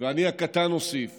ואני הקטן אוסיף